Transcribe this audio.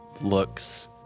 looks